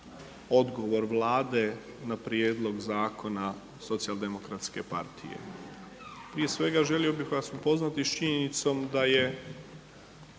odgovor Vlade na prijedlog zakona Socijaldemokratske partije. Prije svega želio bih vas upoznati sa činjenicom da je